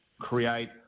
create